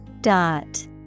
Dot